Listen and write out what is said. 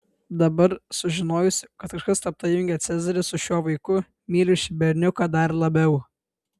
dabar sužinojusi kad kažkas slapta jungia cezarį su šiuo vaiku myliu šį berniuką dar labiau